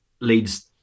leads